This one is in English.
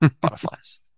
butterflies